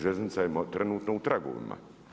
Željeznica je trenutno u tragovima.